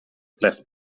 left